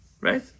right